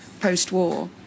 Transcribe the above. post-war